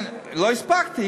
לא הספקתי.